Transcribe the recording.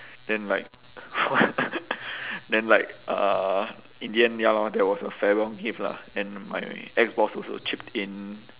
then like then like uh in the end ya lor there was a farewell gift lah and my ex boss also chipped in